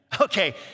Okay